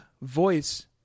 voice